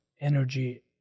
energy